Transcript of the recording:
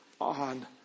on